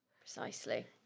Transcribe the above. Precisely